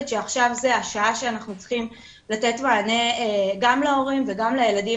שעכשיו זו השעה שאנחנו צריכים לתת מענה גם להורים וגם לילדים